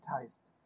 taste